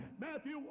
Matthew